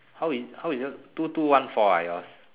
how is how is yours two two one four ah yours